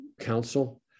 Council